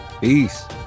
Peace